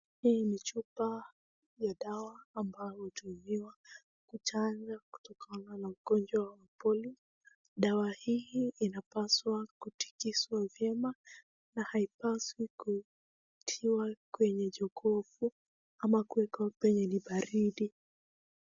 Hii ni chupa ya dawa ambayo hutumiwa kuchanja kutokana na ugonjwa wa polio. Dawa hii inapaswa kutikiswa vyema na haipaswi kutiwa kwenye jukufu ama kuekwa kwenye ni baridi.